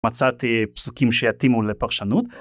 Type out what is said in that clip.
מצאתי פסוקים שיתאימו לפרשנות.